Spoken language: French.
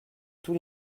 tous